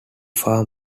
far